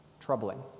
troubling